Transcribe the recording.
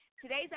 Today's